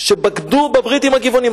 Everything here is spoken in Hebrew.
שבגדו בברית עם הגבעונים,